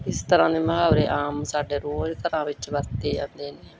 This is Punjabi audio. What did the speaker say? ਇਸ ਤਰ੍ਹਾਂ ਦੇ ਮੁਹਾਵਰੇ ਆਮ ਸਾਡੇ ਰੋਜ਼ ਘਰਾਂ ਵਿੱਚ ਵਰਤੇ ਜਾਂਦੇ ਨੇ